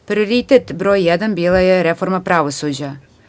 Prioritet broj jedan bila je reforma pravosuđa.